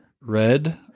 red